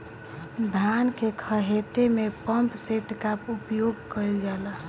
धान के ख़हेते में पम्पसेट का उपयोग कइल जाला?